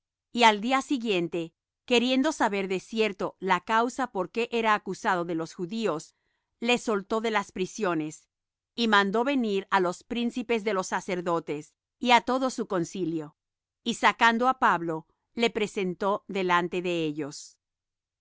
y al día siguiente queriendo saber de cierto la causa por qué era acusado de los judíos le soltó de las prisiones y mandó venir á los príncipes de los sacerdotes y á todo su concilio y sacando á pablo le presentó delante de ellos